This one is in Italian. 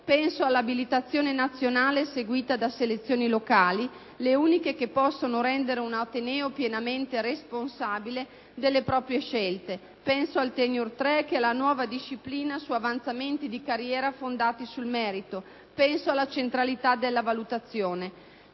Penso all'abilitazione nazionale seguita da selezioni locali, le uniche che possono rendere un ateneo pienamente responsabile delle proprie scelte; penso al *tenure track*, che è la nuova disciplina su avanzamenti di carriera fondati sul merito. Penso alla centralità della valutazione.